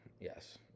yes